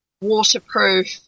waterproof